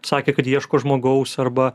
sakė kad ieško žmogaus arba